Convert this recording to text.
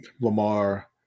Lamar